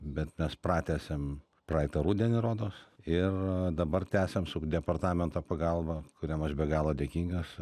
bet mes pratęsėm praeitą rudenį rodos ir dabar tęsiam su departamento pagalba kuriam aš be galo dėkingas